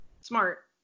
Smart